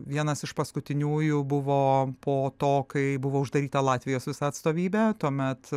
vienas iš paskutiniųjų buvo po to kai buvo uždaryta latvijos visa atstovybė tuomet